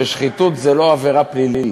ששחיתות זה לא עבירה פלילית.